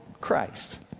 Christ